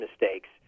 mistakes